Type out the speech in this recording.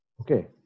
Okay